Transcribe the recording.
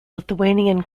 lithuanian